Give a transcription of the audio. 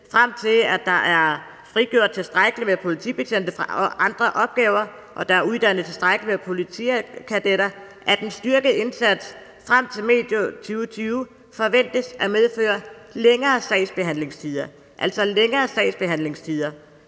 Frem til at der er frigjort tilstrækkeligt med politibetjente fra andre opgaver og uddannet tilstrækkeligt med politikadetter, forventes indsatsen frem til medio 2020 at medføre længere sagsbehandlingstider,